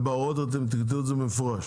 בהוראות תכתבו את זה במפורש?